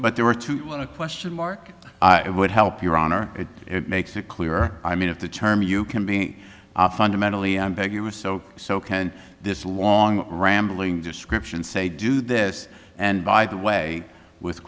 but there were two when a question mark it would help your honor it makes it clear i mean if the term you can be fundamentally ambiguous so so kind this long rambling description say do this and by the way with